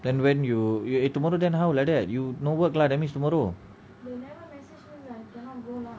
then when you you eh tomorrow then how like that you no work lah that means tomorrow